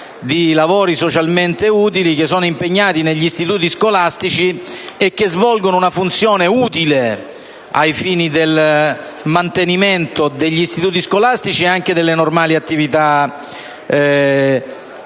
di lavori socialmente utili e sono attualmente impegnati negli istituti scolastici, dove svolgono una funzione utile ai fini del mantenimento degli istituti stessi e anche delle normali attività